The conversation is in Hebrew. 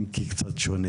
אם כי קצת שונה.